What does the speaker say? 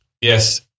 Yes